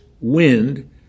wind